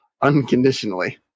unconditionally